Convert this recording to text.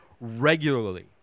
regularly